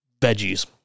veggies